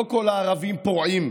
לא כל הערבים פורעים.